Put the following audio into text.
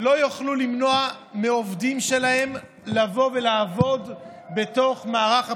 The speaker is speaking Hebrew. לא יוכלו למנוע מעובדים שלהן לבוא ולעבוד בתוך מערך הבחירות.